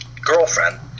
girlfriend